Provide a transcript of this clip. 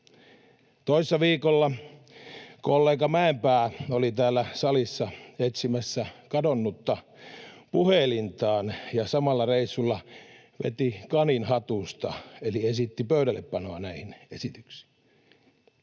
Toissa viikolla kollega Mäenpää oli täällä salissa etsimässä kadonnutta puhelintaan ja samalla reissulla veti kanin hatusta, eli esitti pöydällepanoa näihin esityksiin.